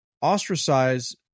ostracize